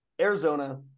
Arizona